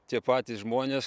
tie patys žmonės